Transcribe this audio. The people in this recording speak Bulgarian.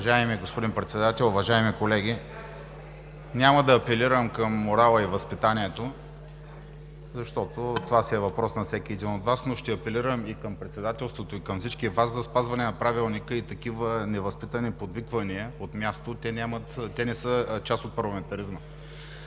Уважаеми господин Председател, уважаеми колеги! Няма да апелирам към морала и възпитанието, защото това си е въпрос на всеки един от Вас. Но ще апелирам към председателството и към всички Вас за спазване на Правилника и такива невъзпитани подвиквания от място не са част от парламентаризма.